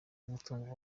umutungo